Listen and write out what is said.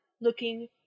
looking